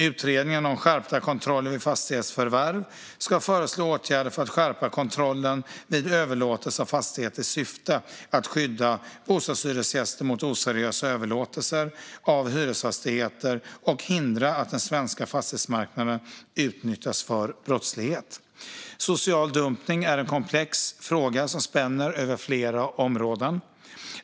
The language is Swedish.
Utredningen om skärpta kontroller vid fastighetsförvärv ska föreslå åtgärder för att skärpa kontrollen vid överlåtelser av fastigheter i syfte att skydda bostadshyresgäster mot oseriösa överlåtelser av hyresfastigheter och hindra att den svenska fastighetsmarknaden utnyttjas för brottslighet. Social dumpning är en komplex fråga som spänner över flera områden.